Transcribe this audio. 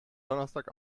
donnerstag